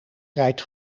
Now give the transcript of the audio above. rijdt